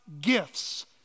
gifts